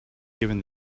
given